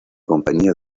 compañía